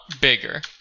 bigger